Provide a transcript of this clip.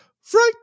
fright